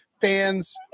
fans